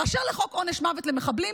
באשר לחוק עונש מוות למחבלים,